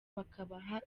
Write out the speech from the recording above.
bakabaha